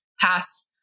passed